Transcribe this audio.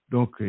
Donc